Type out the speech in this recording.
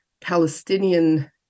Palestinian